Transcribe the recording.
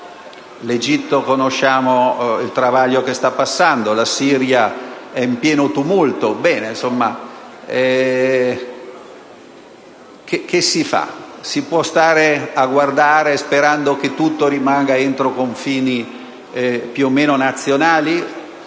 Libia; conosciamo il travaglio che sta passando l'Egitto; la Siria è in pieno tumulto. Insomma, che si fa? Si può stare a guardare, sperando che tutto rimanga entro confini più o meno nazionali?